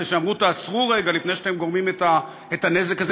שאמרו: תעצרו רגע לפני שאתם גורמים את הנזק הזה,